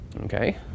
Okay